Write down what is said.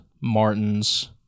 Martin's